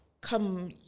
come